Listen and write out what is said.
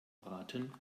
braten